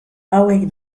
hauek